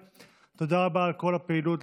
כמו שהיה פה עם אבשלום,